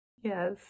Yes